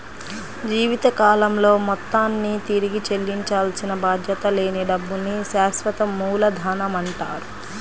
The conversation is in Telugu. జీవితకాలంలో మొత్తాన్ని తిరిగి చెల్లించాల్సిన బాధ్యత లేని డబ్బుల్ని శాశ్వత మూలధనమంటారు